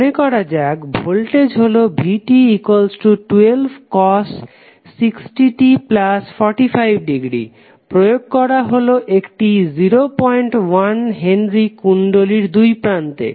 মনে করা যাক ভোল্টেজ হলো vt12cos 60t45° প্রয়োগ করা হলো একটি 01H কুণ্ডলীর দুই প্রান্তে